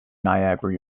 niagara